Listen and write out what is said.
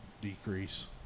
decrease